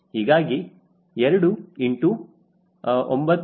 ಹೀಗಾಗಿ 2 ಇಂಟು 9